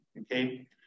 Okay